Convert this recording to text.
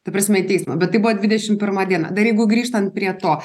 ta prasme į teismą bet tai buvo dvidešim pirma diena dar jeigu grįžtant prie to